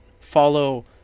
follow